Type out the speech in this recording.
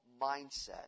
mindset